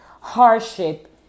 hardship